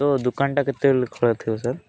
ତ ଦୋକାନ ଟା କେତେବେଳେ ଖୋଲା ଥିବ ସାର୍